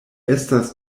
estas